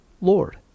Lord